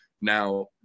Now